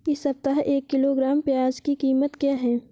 इस सप्ताह एक किलोग्राम प्याज की कीमत क्या है?